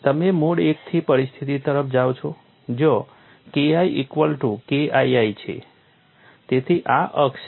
તમે મોડ 1 થી પરિસ્થિતિ તરફ જાઓ છો જ્યાં KI ઇક્વલ ટુ KII છે